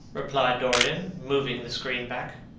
replied dorian, moving the screen back.